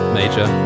major